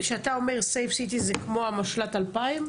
סייף סיטי זה כמו משל"ט 2000?